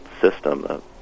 system